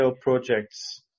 projects